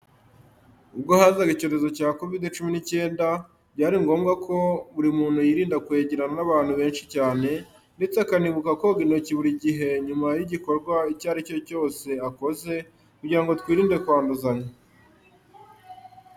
Ubwo hazaga icyorezo cya COVID cumi n’ icyenda, byari ngombwa ko buri muntu yirinda kwegerana n’abantu benshi cyane, ndetse akanibuka koga intoki buri gihe nyuma y’igikorwa icyo ari cyo cyose akoze, kugira ngo twirinde kwanduzanya.